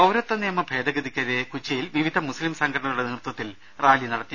പൌരത്വ നിയമ ഭേദഗതിക്കെതിരെ കൊച്ചിയിൽ വിവിധ മുസ്ലിം സംഘടനകളുടെ നേതൃത്വത്തിൽ റാലി നടത്തി